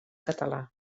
català